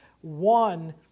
One